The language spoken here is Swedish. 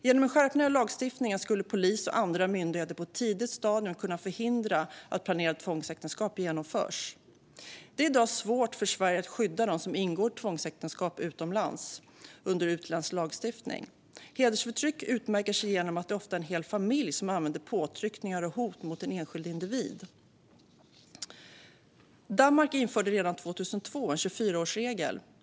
Genom en skärpning av lagstiftningen skulle polis och andra myndigheter på ett tidigt stadium kunna förhindra att planerade tvångsäktenskap genomförs. Det är i dag svårt för Sverige att skydda dem som ingår tvångsäktenskap utomlands under utländsk lagstiftning. Hedersförtryck utmärker sig genom att det ofta är en hel familj som använder påtryckningar och hot mot en enskild individ. Danmark införde redan 2002 en 24-årsregel.